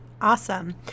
Awesome